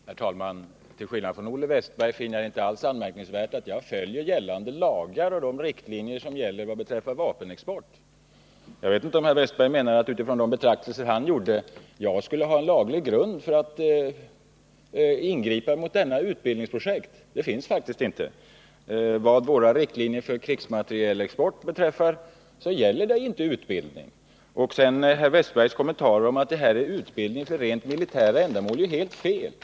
Herr talman! Till skillnad från Olle Wästberg finner jag det inte alls anmärkningsvärt att jag följer gällande lagar och de riktlinjer som gäller för vapenexport. Jag vet inte om herr Wästberg, utifrån de betraktelser han gjorde, menar att jag skulle ha laglig grund för att ingripa mot detta utbildningsprojekt. Någon sådan finns faktiskt inte. Våra riktlinjer för krigsmaterielexport gäller inte utbildning. Herr Wästbergs kommentarer om att detta är en utbildhing för rent militära ändamål är helt felaktiga.